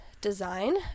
design